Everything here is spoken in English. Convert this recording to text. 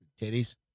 Titties